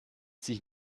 sich